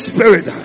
Spirit